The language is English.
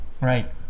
right